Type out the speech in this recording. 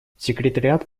секретариат